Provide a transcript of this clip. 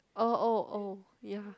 oh oh oh ya